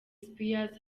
spears